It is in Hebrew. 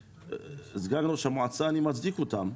כסגן ראש המועצה, אני מצדיק אותם,